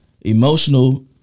Emotional